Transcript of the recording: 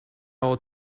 will